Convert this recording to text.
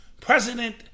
president